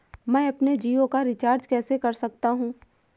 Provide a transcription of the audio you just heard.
मैं अपने जियो को कैसे रिचार्ज कर सकता हूँ?